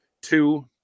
two